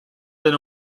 been